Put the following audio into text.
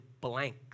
blank